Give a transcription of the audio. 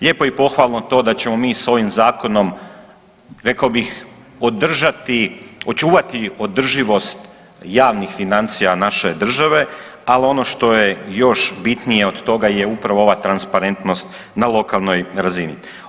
Lijepo je i pohvalno to da ćemo mi s ovim zakonom rekao bih održati, očuvati održivost javnih financija naše države, ali ono što je još bitnije od toga je upravo ova transparentnost na lokalnoj razini.